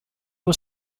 was